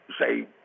say